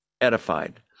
edified